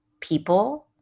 people